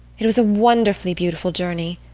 it was a wonderfully beautiful journey,